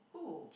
who